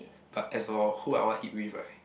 but as for who I want eat it with right